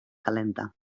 calenta